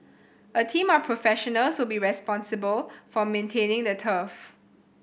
a team of professionals will be responsible for maintaining the turf